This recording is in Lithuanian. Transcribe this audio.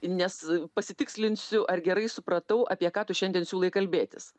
nes pasitikslinsiu ar gerai supratau apie ką tu šiandien siūlai kalbėtis